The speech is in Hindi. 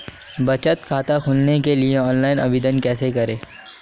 बचत खाता खोलने के लिए ऑनलाइन आवेदन कैसे करें?